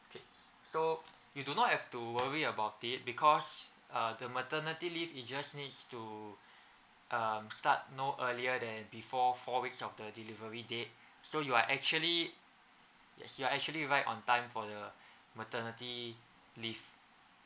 okay so you do not have to worry about it because uh the maternity leave it just needs to uh start no earlier than before four weeks of the delivery date so you are actually yes you're actually right on time for the maternity leave